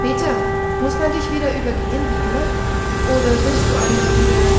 peter muß man dich wieder übergehen wie immer oder willst du einmal wieder